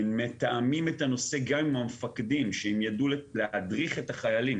מתאמים את הנושא גם עם המפקדים שהם יידעו להדריך את החיילים